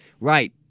Right